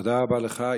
תודה רבה לך.